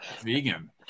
Vegan